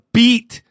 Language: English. beat